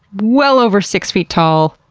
well over six feet tall,